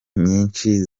nyinshi